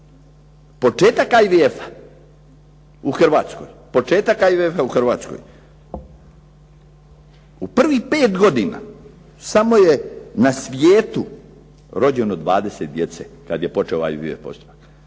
početaka ili IVF-a u Hrvatskoj. U prvih 5 godina samo je na svijetu rođeno 20 djece kada je počeo ovaj postupak.